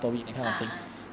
ah uh